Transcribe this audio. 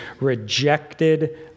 rejected